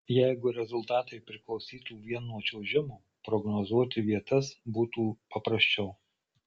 jeigu rezultatai priklausytų vien nuo čiuožimo prognozuoti vietas būtų paprasčiau